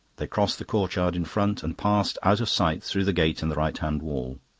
they crossed the courtyard in front, and passed out of sight through the gate in the right-hand wall.